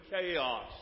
chaos